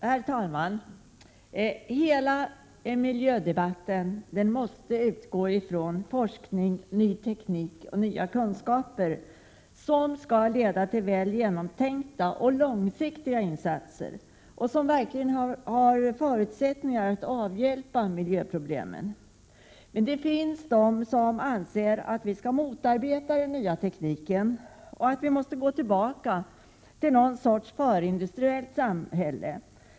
Herr talman! I hela miljödebatten måste man utgå från forskning, ny teknik och nya kunskaper som leder till väl genomtänkta och långsiktiga insatser. Det gäller då sådant som verkligen har förutsättningar att avhjälpa miljöproblemen. Det finns de som anser att vi skall motarbeta den nya tekniken och att vi måste gå tillbaka till någon sorts förindustriellt samhälle.